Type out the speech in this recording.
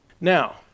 Now